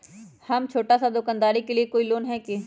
हम छोटा सा दुकानदारी के लिए कोई लोन है कि?